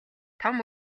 том